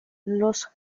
los